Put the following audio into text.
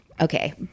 Okay